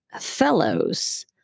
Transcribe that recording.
fellows